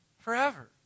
Forever